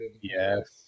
Yes